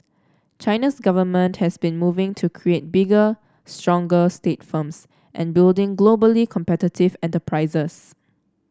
China's government has been moving to create bigger stronger state firms and building globally competitive enterprises